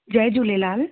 Jay Jhulelal